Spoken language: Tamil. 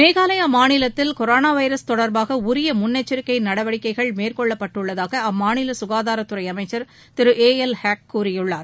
மேகாலயா மாநிலத்தில் கொரோனா வைரஸ் தொடர்பாக உரிய முன்னெச்சரிக்கை நடவடிக்கைகள் மேற்கொள்ளப்பட்டுள்ளதாக அம்மாநில ககாதாரத் துறை அமைச்சர் திரு ஏ எல் ஹேக் கூறியுள்ளார்